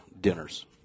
dinners